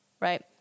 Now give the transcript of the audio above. right